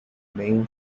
main